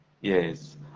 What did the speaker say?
Yes